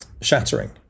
shattering